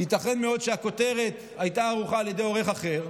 ייתכן מאוד שהכותרת הייתה ערוכה על ידי עורך אחר,